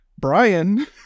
Brian